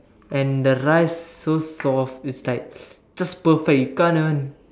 and the rice so soft it's like just perfect you can't even